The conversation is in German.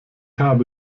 habe